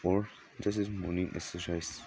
or just as morning exercise